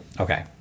okay